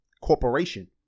corporation